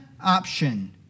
option